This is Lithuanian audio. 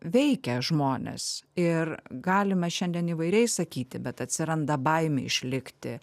veikia žmones ir galime šiandien įvairiai sakyti bet atsiranda baimė išlikti